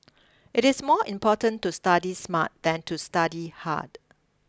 it is more important to study smart than to study hard